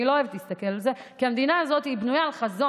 אני לא אוהבת להסתכל על זה כי המדינה הזאת בנויה על חזון,